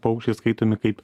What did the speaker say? paukščiai skaitomi kaip